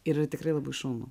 ir tikrai labai šaunu